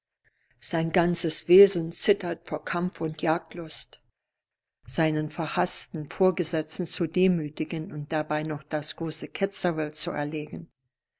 sein ganzes wesen zittert vor kampf und jagdlust seinen verhaßten vorgesetzten zu demütigen und dabei noch das große ketzerwild zu erlegen